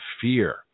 fear